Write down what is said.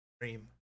dream